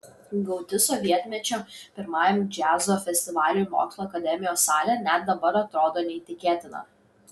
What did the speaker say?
gauti sovietmečiu pirmajam džiazo festivaliui mokslų akademijos salę net dabar atrodo neįtikėtina